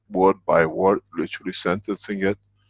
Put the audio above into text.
word by word, literally sentencing it.